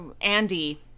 Andy